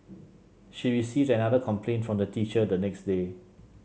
she received another complaint from the teacher the next day